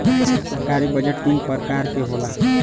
सरकारी बजट तीन परकार के होला